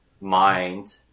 Mind